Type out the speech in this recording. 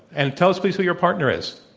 and tell us please who your partner is.